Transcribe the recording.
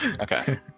Okay